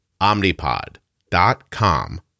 omnipod.com